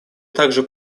также